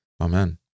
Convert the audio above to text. Amen